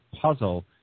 puzzle